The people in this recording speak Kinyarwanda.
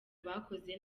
abakoze